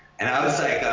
and i was like,